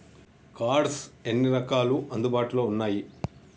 Cards ఎన్ని రకాలు అందుబాటులో ఉన్నయి?